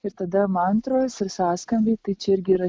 ir tada mantros ir sąskambiai tai čia irgi yra